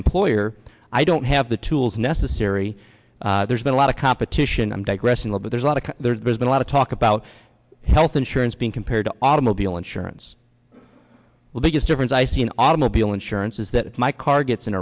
employer i don't have the tools necessary there's been a lot of competition i'm digressing though but there's a lot of there's been a lot of talk about health insurance being compared to automobile insurance well biggest difference i see an automobile insurance is that if my car gets in